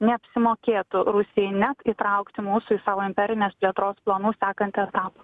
neapsimokėtų rusijai net įtraukti mūsų į savo imperinės plėtros planų sakantį etapą